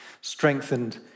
Strengthened